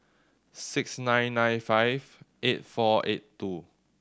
six nine nine five eight four eight two